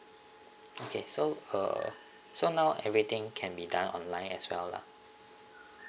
okay so uh so now everything can be done online as well lah